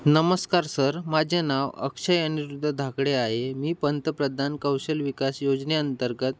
नमस्कार सर माझे नाव अक्षय अनिरुद्ध धाकडे आहे मी पंतप्रधान कौशल विकास योजनेअंतर्गत